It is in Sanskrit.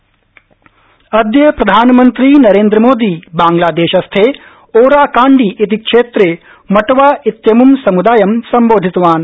प्रधानमनत्रीबांग्लादेश अदय प्रधानमंत्री नरेन्द्र मोदी बांगलादेशस्थे ओराकांडी इति क्षेत्र मटवाइत्यमं समृदायं सम्बोधितवान्